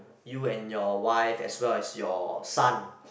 you and your wife as well as your son